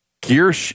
gear